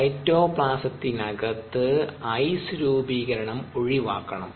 സൈറ്റോപ്ലാസത്തിനകത്ത് ice രൂപീകരണം ഒഴിവാക്കണം